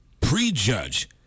prejudge